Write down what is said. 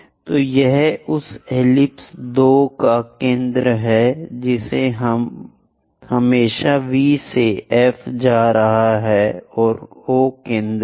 तो यह उस एलिप्स 2 का केंद्र है जिसे हमेशा V से F जा रहे हैं और O केंद्र है